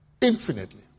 Infinitely